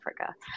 Africa